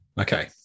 Okay